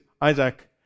Isaac